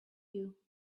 you